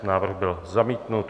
Návrh byl zamítnut.